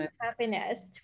happiness